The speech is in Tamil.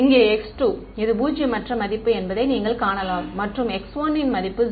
இங்கே x2 இது பூஜ்ஜியமற்ற மதிப்பு என்பதை நீங்கள் காணலாம் மற்றும் x1 வின் மதிப்பு 0